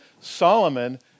Solomon